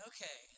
Okay